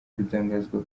gutangazwa